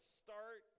start